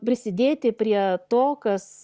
prisidėti prie to kas